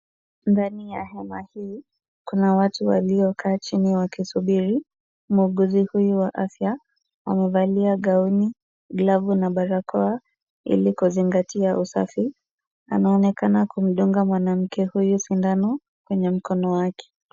Ndani ya hema hii kuna watu waliokaa chini wakisubiri muuguzi huyu wa afya. Amevalia gauni, glavu na barakoa ili kuzingatia usafi. Anaonekana kumdunga mwanamke huyu sindano kwenye mkono wake.